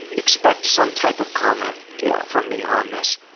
expect some type of comment yeah from me on this.